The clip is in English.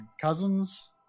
cousins